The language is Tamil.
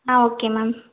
ah okay ma'am